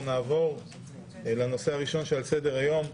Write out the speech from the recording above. אנחנו נעבור לנושא הראשון שעל הסדר-היום: